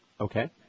Okay